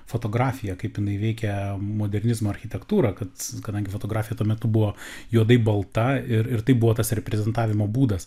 fotografija kaip jinai veikia modernizmo architektūrą kad kadangi fotografija tuo metu buvo juodai balta ir ir tai buvo tas reprezentavimo būdas